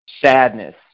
sadness